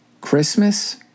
Christmas